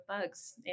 bugs